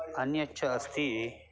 अन्यच्च अस्ति